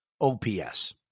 OPS